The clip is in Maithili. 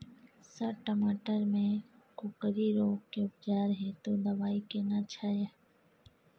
सर टमाटर में कोकरि रोग के उपचार हेतु दवाई केना छैय?